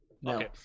No